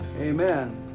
Amen